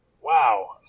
wow